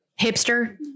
hipster